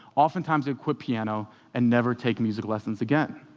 oftentimes they quit piano and never take music lessons again.